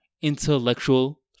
intellectual